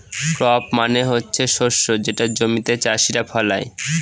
crop মানে হচ্ছে শস্য যেটা জমিতে চাষীরা ফলায়